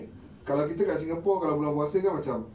kalau kita kat singapore kalau bulan puasa kan macam